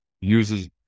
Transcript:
uses